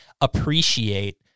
appreciate